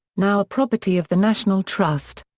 now a property of the national trust.